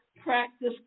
practice